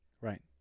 Right